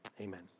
amen